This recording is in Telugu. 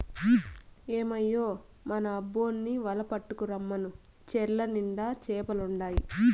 ఏమయ్యో మన అబ్బోన్ని వల పట్టుకు రమ్మను చెర్ల నిండుగా చేపలుండాయి